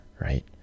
right